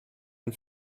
ein